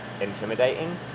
intimidating